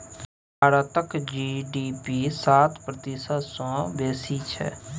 भारतक जी.डी.पी सात प्रतिशत सँ बेसी छै